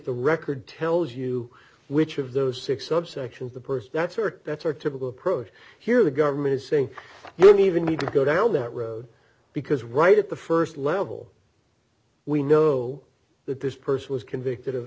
the record tells you which of those six subsection of the person that's work that's our typical approach here the government is saying we've even need to go down that road because right at the st level we know that this person was convicted of